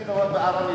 מפורש.